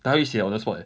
他会写 on the spot leh